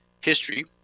history